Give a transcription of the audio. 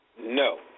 No